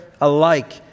alike